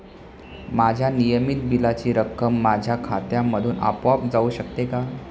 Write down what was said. माझ्या नियमित बिलाची रक्कम माझ्या खात्यामधून आपोआप जाऊ शकते का?